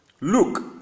Look